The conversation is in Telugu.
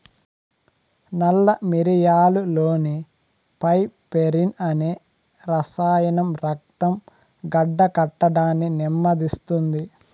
నల్ల మిరియాలులోని పైపెరిన్ అనే రసాయనం రక్తం గడ్డకట్టడాన్ని నెమ్మదిస్తుంది